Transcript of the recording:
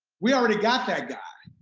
we already got that guy.